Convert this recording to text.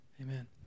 Amen